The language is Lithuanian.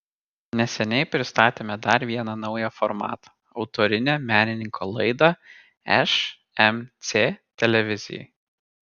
neseniai pristatėme dar vieną naują formatą autorinę menininko laidą šmc televizijai